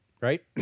right